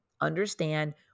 understand